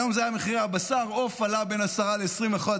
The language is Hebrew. היום אלה מחירי הבשר: עוף עלה בין 10% ל-20%,